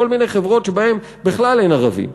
כל מיני חברות שבהן בכלל אין ערבים.